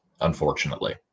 unfortunately